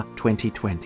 2020